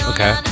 Okay